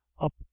up